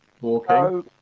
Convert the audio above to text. walking